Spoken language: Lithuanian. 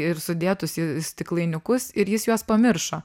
ir sudėtus į stiklainiukus ir jis juos pamiršo